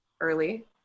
early